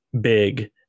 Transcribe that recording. big